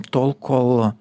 tol kol